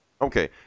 Okay